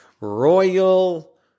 Royal